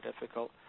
difficult